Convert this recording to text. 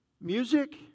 Music